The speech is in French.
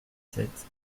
sept